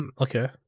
okay